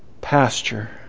pasture